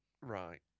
Right